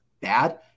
bad